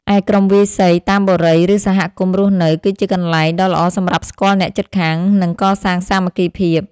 ឯក្រុមវាយសីតាមបុរី ឬសហគមន៍រស់នៅ គឺជាកន្លែងដ៏ល្អសម្រាប់ស្គាល់អ្នកជិតខាង និងកសាងសាមគ្គីភាព។